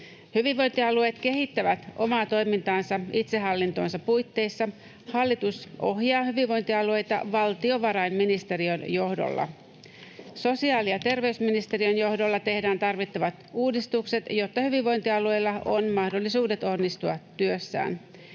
Hyvinvointialueet kehittävät omaa toimintaansa itsehallintonsa puitteissa. Hallitus ohjaa hyvinvointialueita valtiovarainministeriön johdolla. Sosiaali- ja terveysministeriön johdolla tehdään tarvittavat uudistukset, jotta hyvinvointialueilla on mahdollisuudet onnistua työssään,